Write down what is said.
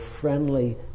friendly